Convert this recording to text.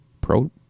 pro